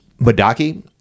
Madaki